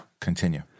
Continue